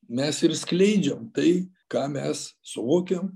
mes ir skleidžiam tai ką mes suvokiam